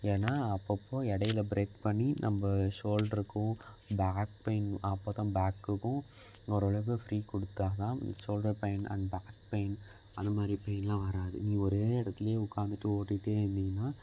ஏன்னா அப்பப்போ இடையில ப்ரேக் பண்ணி நம்ம ஷோல்டருக்கும் பேக் பெயின் அப்போதான் பேக்குக்கும் ஓரளவுக்கு ஃப்ரீ கொடுத்தாதான் shoulder pain and back pain அந்தமாதிரி பெயின்லாம் வராது நீ ஒரே இடத்துலையே உட்காந்துட்டு ஓட்டிகிட்டே இருந்தீங்கன்னா